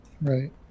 Right